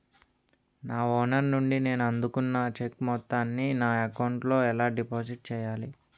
నా ఓనర్ నుండి నేను అందుకున్న చెక్కు మొత్తాన్ని నా అకౌంట్ లోఎలా డిపాజిట్ చేయాలి?